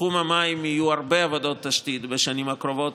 בתחום המים יהיו הרבה עבודות תשתית בשנים הקרובות,